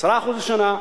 10% לשנה,